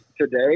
today